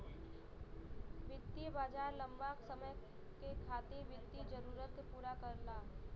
वित्तीय बाजार लम्बा समय के खातिर वित्तीय जरूरत के पूरा करला